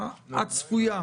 עד שזה יתפוצץ.